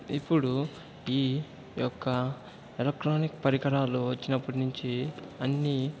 ఇప్పుడు ఈ యొక్క ఎలక్ట్రానిక్ పరికరాలు వచ్చినప్పట్నించి అన్ని